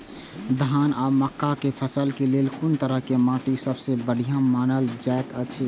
धान आ मक्का के फसल के लेल कुन तरह के माटी सबसे बढ़िया मानल जाऐत अछि?